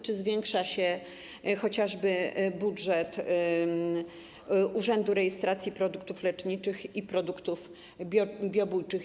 Czy zwiększa się chociażby budżet Urzędu Rejestracji Produktów Leczniczych i Produktów Biobójczych?